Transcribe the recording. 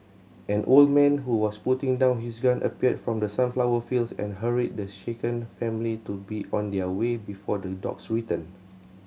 an old man who was putting down his gun appeared from the sunflower fields and hurried the shaken family to be on their way before the dogs return